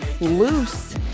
loose